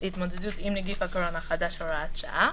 להתמודדות עם נגיף הקורונה החדש (הוראת שעה)